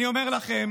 אני אומר לכם